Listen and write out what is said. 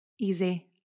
Easy